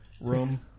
room